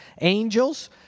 Angels